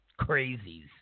crazies